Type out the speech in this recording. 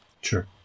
Sure